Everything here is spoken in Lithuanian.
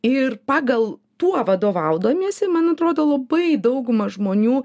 ir pagal tuo vadovaudamiesi man atrodo labai dauguma žmonių